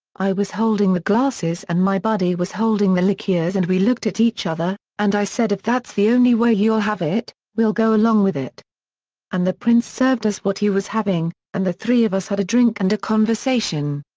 i was holding the glasses and my buddy was holding the liqueurs and we looked at each other, and i said if that's the only way you'll have it, we'll go along with it and the prince served us what he was having, and the three of us had a drink and a conversation.